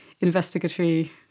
investigatory